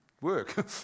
work